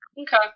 Okay